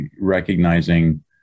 recognizing